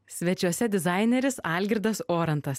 svečiuose dizaineris algirdas orantas